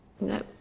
No